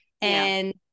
and-